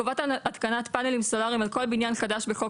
חובת התקנת פנלים סולריים על כל בניין חדש בחוק